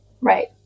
Right